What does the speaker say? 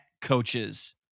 coaches